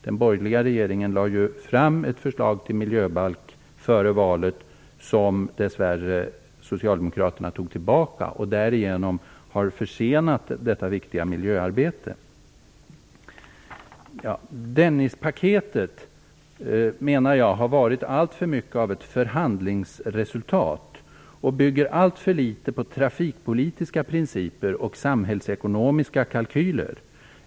Den borgerliga regeringen lade ju fram ett förslag till miljöbalk före valet som Socialdemokraterna, dess värre, drog tillbaka. Därigenom har detta viktiga miljöarbete försenats. Dennispaketet menar jag har varit alltför mycket av ett förhandlingsresultat och bygger alltför litet på trafikpolitiska principer och samhällsekonomiska kalkyler.